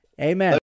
Amen